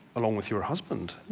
along with your husband,